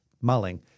mulling